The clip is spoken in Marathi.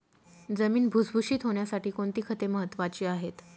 जमीन भुसभुशीत होण्यासाठी कोणती खते महत्वाची आहेत?